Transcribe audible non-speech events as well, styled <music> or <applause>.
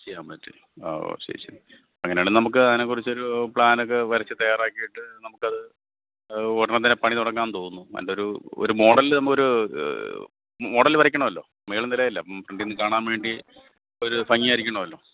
ചെയ്യാൻ പറ്റും ഓ ശരി ശരി അങ്ങനെയാണെങ്കില്നമുക്ക് അതിനെക്കുറിച്ചൊരു പ്ലാനൊക്കെ വരച്ച് തയാറാക്കിട്ട് നമുക്കത് ഉടനെ തന്നെ പണി തുടങ്ങാമെന്നു തോന്നുന്നു അതിന്റെയൊരു ഒരു മോഡല് നമ്മളൊരു മോഡല് വരയ്ക്കണമല്ലോ <unintelligible> അപ്പോള് ഫ്രണ്ടില്നിന്നു കാണാൻ വേണ്ടി ഒരു ഭംഗിയായിരിക്കണമല്ലോ